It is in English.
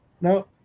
No